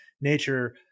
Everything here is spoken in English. nature